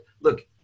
look